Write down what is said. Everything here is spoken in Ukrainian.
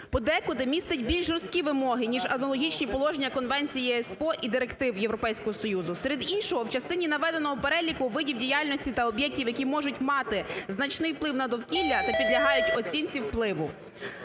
подекуди містить більш жорсткі вимоги ніж аналогічні положення конвенції ЕСПО і директив Європейського Союзу. Серед іншого, в частині наведеного переліку видів діяльності та об'єктів, які можуть мати значний вплив на довкілля та підлягають оцінці впливу.